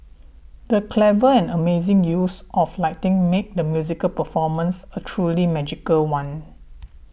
the clever and amazing use of lighting made the musical performance a truly magical one